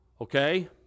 Okay